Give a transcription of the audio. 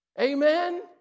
Amen